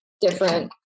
different